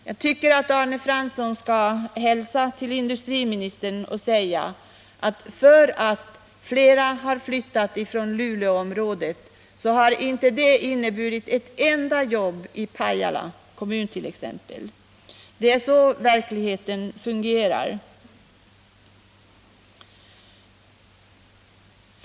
Jag tycker att Arne Fransson skall hälsa industriministern att det förhållandet att flera har flyttat från Luleåområdet inte har inneburit ett enda jobb it.ex. Pajala kommun. Det är så verkligheten fungerar.